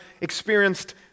experienced